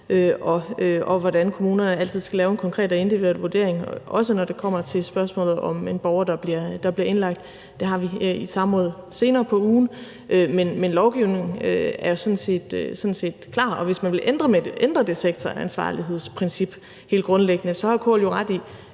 og hvordan kommunerne altid skal lave en konkret og individuel vurdering, også når det kommer til spørgsmålet om en borger, der bliver indlagt. Der har vi et samråd senere på ugen. Men lovgivningen er sådan set klar, og hvis man vil ændre det sektoransvarlighedsprincip helt grundlæggende, har KL jo ret i,